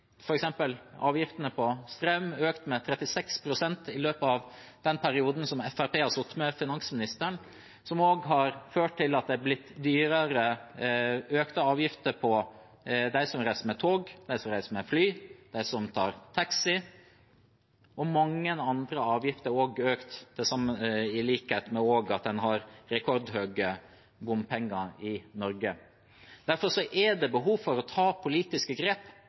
avgiftene på strøm har økt med 36 pst. i løpet av den perioden Fremskrittspartiet har sittet med finansministeren, og til at det er blitt økte avgifter for dem som reiser med tog, for dem som reiser med fly, og for dem som tar taxi. Mange andre avgifter er også økt, i tillegg til at man tar inn rekordmye bompenger i Norge. Derfor er det behov for å ta politiske grep,